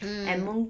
mm